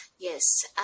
Yes